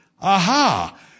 Aha